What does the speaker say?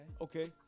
Okay